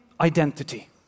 identity